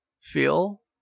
feel